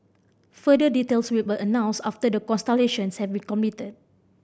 further details will be announced after the consultations have been completed